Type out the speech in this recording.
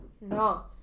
No